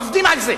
עובדים על זה.